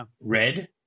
Red